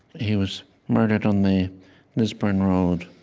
he was murdered on the lisburn road.